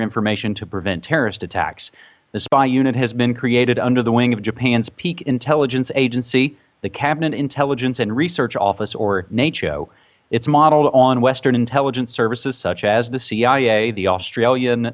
information to prevent terrorist attacks the spy unit has been created under the wing of japan's peak intelligence agency the cabinet intelligence and research office or naicho it is modeled on western intelligence services such as the cia the australian